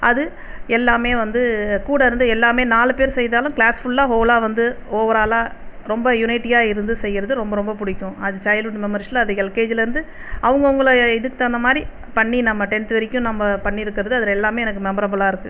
அது எல்லாமே வந்து கூட இருந்து எல்லமே நாலு பேர் செய்தாலும் கிளாஸ் ஃபுல்லாக ஹோலாக வந்து ஓவராலாக ரொம்ப யூனைட்டியாக இருந்து செய்கிறது ரொம்ப ரொம்ப பிடிக்கும் அது சைல்ட்ஹுட் மெமரிஸில் அது எல்கேஜியிலேருந்து அவங்கவுங்கள இதுக்கு தகுந்த மாதிரி பண்ணி நம்ம டென்த் வரைக்கும் நம்ம பண்ணி இருக்கிறது அதில் எல்லாமே எனக்கு மெமரபிளாக இருக்குது